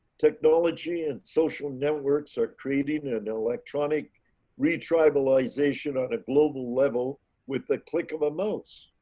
technology and social networks are creating an electronic re tribalization on a global level with the click of a mouse.